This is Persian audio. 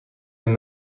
این